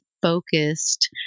focused